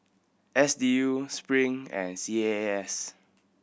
S D U Spring and C A A S